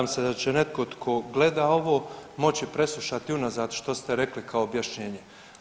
Nadam se da će netko tko gleda ovo moći preslušati unazad što ste rekli kao objašnjenje.